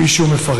כפי שהוא מפרט: